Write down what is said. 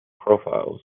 profiles